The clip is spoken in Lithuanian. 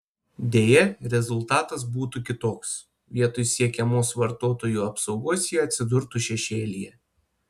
deja rezultatas būtų kitoks vietoj siekiamos vartotojų apsaugos jie atsidurtų šešėlyje